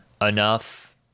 enough